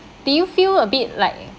do you feel a bit like